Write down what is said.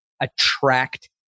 attract